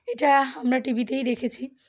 এটা আমরা টিভিতেই দেখেছি